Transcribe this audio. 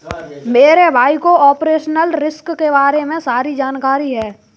मेरे भाई को ऑपरेशनल रिस्क के बारे में सारी जानकारी है